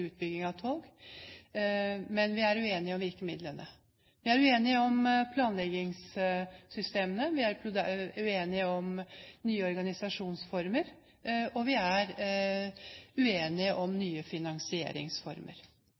utbygging av tog – men vi er uenige om virkemidlene. Vi er uenige om planleggingssystemene, og vi er uenige om nye organisasjonsformer. Vi er uenige om nye finansieringsformer